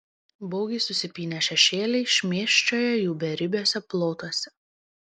baugiai susipynę šešėliai šmėsčioja jų beribiuose plotuose